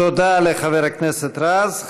תודה לחבר הכנסת רז.